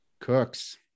Cooks